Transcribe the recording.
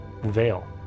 veil